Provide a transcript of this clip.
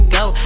go